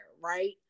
right